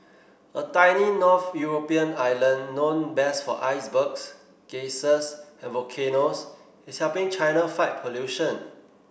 a tiny north European island known best for icebergs geysers and volcanoes is helping China fight pollution